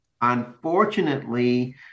unfortunately